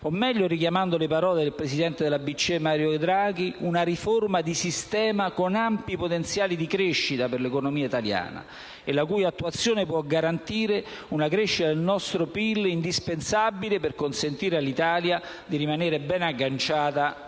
o meglio, richiamando le parole del presidente della BCE Mario Draghi, una riforma di sistema con ampi potenziali di crescita per l'economia italiana, la cui attuazione può garantire una crescita del nostro prodotto interno lordo indispensabile per consentire all'Italia di rimanere ben agganciata